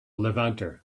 levanter